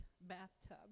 bathtub